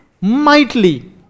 mightily